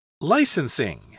Licensing